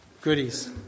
goodies